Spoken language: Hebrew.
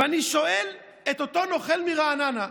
ואני שואל את אותו נוכל מרעננה: